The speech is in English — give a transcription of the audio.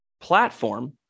platform